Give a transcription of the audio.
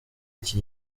iki